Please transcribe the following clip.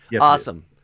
Awesome